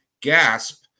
Gasp